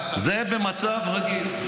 זה במצב רגיל.